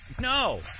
No